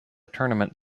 tournament